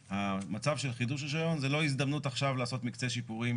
והמצב של חידוש רישיון זה לא הזדמנות עכשיו לעשות מקצה שיפורים,